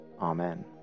Amen